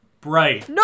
Bright